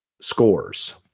scores